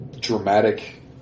dramatic